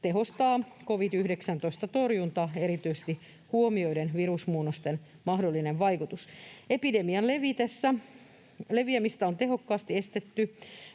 tehostaa covid-19-torjuntaa erityisesti huomioiden virusmuunnosten mahdollinen vaikutus. Epidemian leviämistä on tehokkaasti estetty